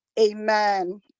amen